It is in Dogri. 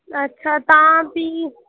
अच्छा तां फ्ही